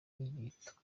igitugu